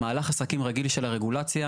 מהלך העסקים הרגיל של הרגולציה,